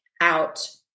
out